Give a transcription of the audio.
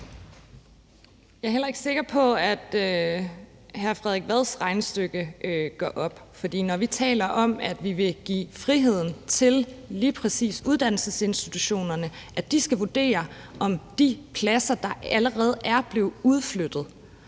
Jeg er heller ikke sikker på, at hr. Frederik Vads regnestykke går op, for når vi taler om, at vi vil give friheden til lige præcis uddannelsesinstitutionerne til at vurdere, om de pladser, der allerede er blevet udflyttet,